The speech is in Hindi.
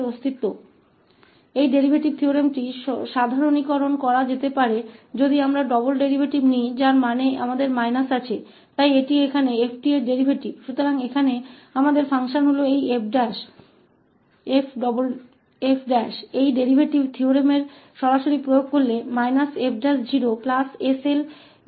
इस व्युत्पन्न प्रमेय को सामान्यीकृत किया जा सकता है कि यदि हम दोहरा व्युत्पन्न लेते हैं जिसका अर्थ है कि हमारे पास ऋण है तो यह यहां 𝑓𝑡 का व्युत्पन्न है और फिर हम व्युत्पन्न के बारे में बात कर रहे हैं